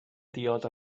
diod